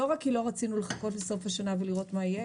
לא רק כי לא רצינו לחכות לסוף השנה ולראות מה יהיה,